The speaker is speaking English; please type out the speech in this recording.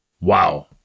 Wow